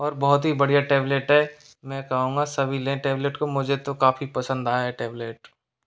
और बहुत ही बढ़िया टैबलेट है मैं कहूँगा सभी लें टैबलेट को मुझे तो काफ़ी पसंद आया है टैबलेट